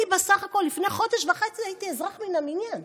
בסך הכול לפני חודש וחצי הייתי אזרח מן המניין.